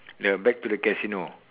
ya back to the casino